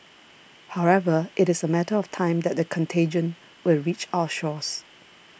however it is a matter of time that the contagion will reach our shores